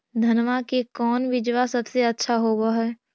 धनमा के कौन बिजबा सबसे अच्छा होव है?